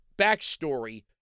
backstory